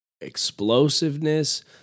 explosiveness